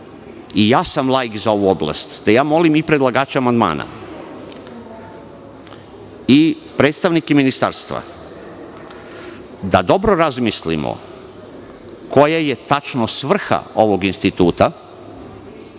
laik sam za ovu oblast, i predlagača amandmana i predstavnike ministarstva da dobro razmislimo koja je tačno svrha ovog instituta,